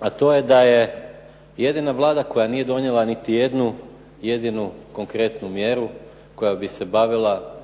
a to je da je jedina Vlada koja nije donijela niti jednu jedinu konkretnu mjeru koja bi se bavila